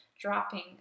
dropping